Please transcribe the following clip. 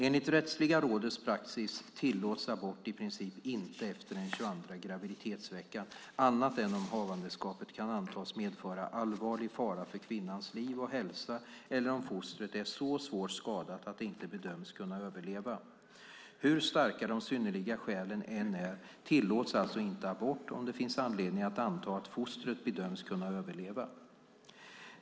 Enligt rättsliga rådets praxis tillåts abort i princip inte efter den 22:a graviditetsveckan annat än om havandeskapet kan antas medföra allvarlig fara för kvinnans liv och hälsa eller om fostret är så svårt skadat att det inte bedöms kunna överleva. Hur starka de synnerliga skälen än är, tillåts alltså inte abort om det finns anledning att anta att fostret bedöms kunna överleva.